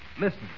listen